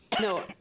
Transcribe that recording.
No